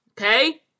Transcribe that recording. Okay